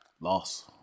Loss